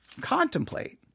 contemplate